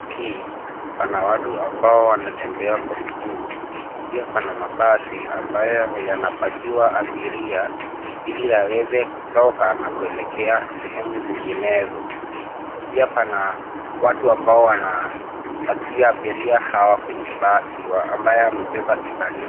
Hii pana watu ambao wanatembea kwa miguu pia pana mabasi ambayo yanapakiwa abiria ili aweze kutoka na kuelekea sehemu zinginezo. Pia pana watu ambao wanapakia abiria hawa kwenye basi amabye amebeba kibanio.